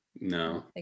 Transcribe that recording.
No